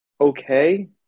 okay